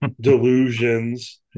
delusions